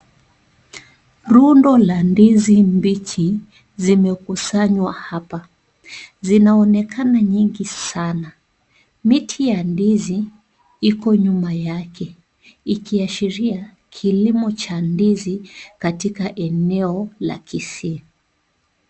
Rundo la ndizi mbichi zimekusanywa hapa. Zinaonekana nyingi sana. Miti ya ndizi iko nyuma yake ikiashiria, kilimo cha ndizi katika eneo la Kisii.